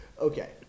Okay